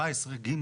17(ג),